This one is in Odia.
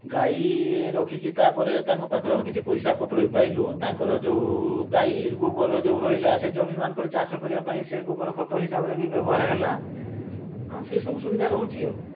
ଗାଈ ରଖିକି ତାପରେ ତାଙ୍କ ପାଖରୁ ଆମେ କିଛି ପଇସା ପତ୍ର ପାଇଲୁ ତାଙ୍କର ଯେଉଁ ଗାଈ ଗୋବର ଯେଉଁ ରହିଲା ସେ ଜମି ମାନଙ୍କରେ ଚାଷ କରିବା ପାଇଁ ସେ ଗୋବର ଖତ ହିସାବରେ ବି ବ୍ୟବହାର ହେଲା ହଁ ସେ ସବୁ ସୁବିଧା ରହୁଛି ଆଉ